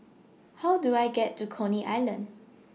How Do I get to Coney Island